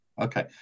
Okay